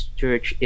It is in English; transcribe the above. church